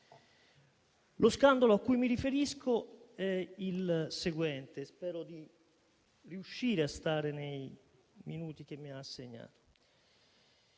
Lo scandalo a cui mi riferisco è il seguente e spero di riuscire a stare nei minuti che mi sono